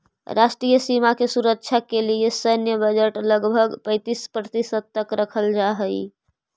राष्ट्रीय सीमा के सुरक्षा के लिए सैन्य बजट लगभग पैंतीस प्रतिशत तक रखल जा हई